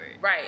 Right